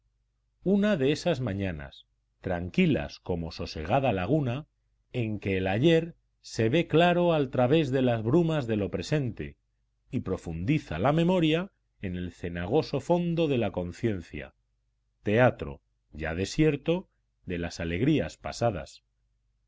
una de esas mañanas tranquilas como sosegada laguna en que el ayer se ve claro al través de las brumas de lo presente y profundiza la memoria en el cenagoso fondo de la conciencia teatro ya desierto de las alegrías pasadas